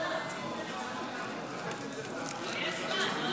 חבריי חברי הכנסת, בימים